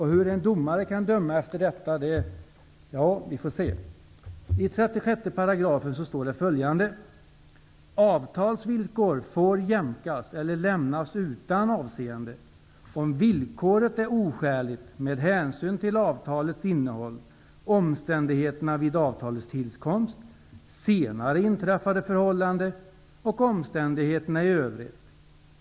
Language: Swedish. Hur en domare kan döma efter detta kan man undra över? ''Avtalsvillkor får jämkas eller lämnas utan avseende, om villkoret är oskäligt med hänsyn till avtalets innehåll, omständigheterna vid avtalets tillkomst, senare inträffade förhållanden och omständigheterna i övrigt.